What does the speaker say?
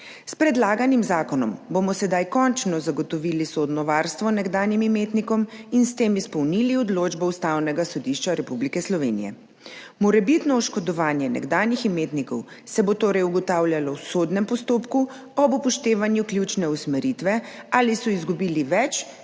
S predlaganim zakonom bomo sedaj končno zagotovili sodno varstvo nekdanjim imetnikom in s tem izpolnili odločbo Ustavnega sodišča Republike Slovenije. Morebitno oškodovanje nekdanjih imetnikov se bo torej ugotavljalo v sodnem postopku ob upoštevanju ključne usmeritve, ali so izgubili več,